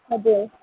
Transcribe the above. हजुर